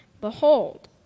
Behold